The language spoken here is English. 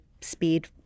speed